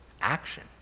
action